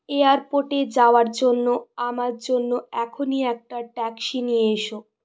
এয়ারপোর্টে যাওয়ার জন্য আমার জন্য এখনই একটা ট্যাক্সি নিয়ে এসো